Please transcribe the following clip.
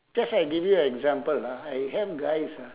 just ah I give you example ah I have guys ah